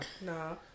No